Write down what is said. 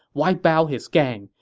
wipe out his gang,